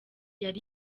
yari